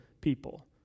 people